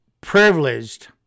Privileged